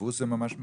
דפוס זה ממש מקצוע.